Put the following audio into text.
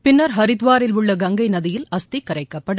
பின்னர் ஹரித்வாரில் உள்ள கங்கை நதியில் அஸ்தி கரைக்கப்படும்